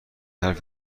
حرفی